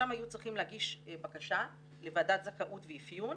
שם היו צריכים להגיש בקשה לוועדת זכאות ואפיון,